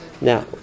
Now